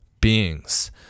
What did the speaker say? beings